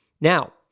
Now